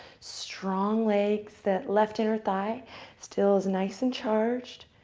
strong legs. that left inner thigh still is nice and charged.